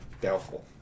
doubtful